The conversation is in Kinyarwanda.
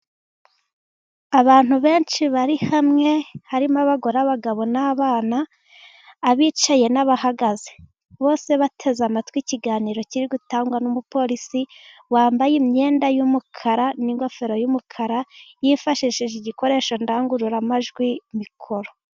Abantu benshi bari hamwe harimo abagore, abagabo, n'abana ,abicaye n'abahagaze, bose bateze amatwi ikiganiro kiri gutangwa n'umupolisi wambaye imyenda y'umukara n'ingofero y'umukara yifashishije igikoresho ndangururamajwi mikoro.